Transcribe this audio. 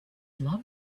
love